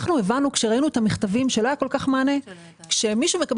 כשראינו את המכתבים הבנו שכאשר מישהו מקבל